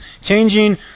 changing